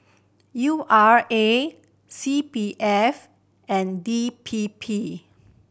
U R A C P F and D P P